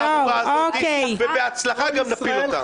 הארורה הזו ובהצלחה גם נפיל אותה.